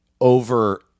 over